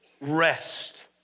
rest